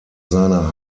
seiner